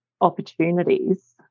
opportunities